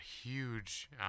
huge